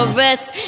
rest